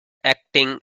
acting